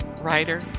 writer